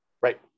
Right